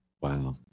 wow